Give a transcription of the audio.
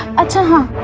and